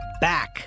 back